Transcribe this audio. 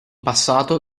passato